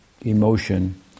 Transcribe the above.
emotion